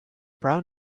brown